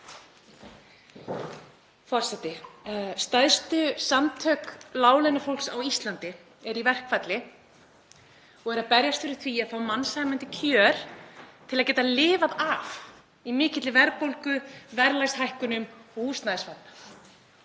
Forseti. Stærstu samtök láglaunafólks á Íslandi eru í verkfalli og eru að berjast fyrir því að fá mannsæmandi kjör til að geta lifað af í mikilli verðbólgu, verðlagshækkunum og húsnæðisvanda.